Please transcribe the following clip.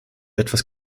etwas